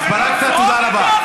התפרקת, תודה רבה.